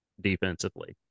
defensively